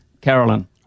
Carolyn